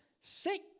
sick